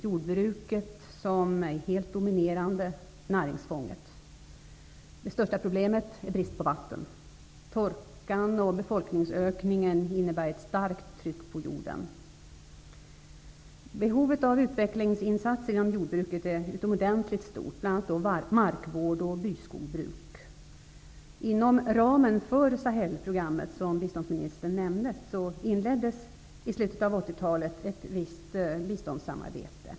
Jordbruket är det helt dominerande näringsfånget. Det största problemet är brist på vatten. Torkan och befolkningsökningen innebär ett starkt tryck på jorden. Behovet av utvecklingsinsatser inom jordbruket, bl.a. vad gäller markvård och byskogsbruk, är utomordentligt stort. Inom ramen för Sahelprogrammet, som biståndsministern nämnde, inleddes i slutet av 80-talet ett visst biståndssamarbete.